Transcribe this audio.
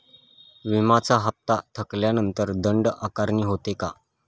विम्याचा हफ्ता थकल्यानंतर दंड आकारणी होते का?